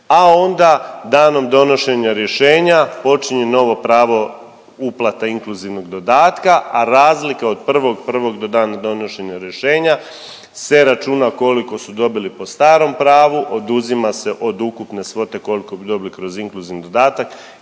a onda danom donošenja rješenja počinje novo pravo uplate inkluzivnog dodatka, a razlike od 1.1. do dana donošenja rješenja se računa koliko su dobili po starom pravu, oduzima se od ukupne svote koliko bi dobili kroz inkluzivni dodatak